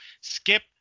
Skip